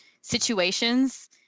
situations